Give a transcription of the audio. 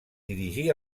dirigí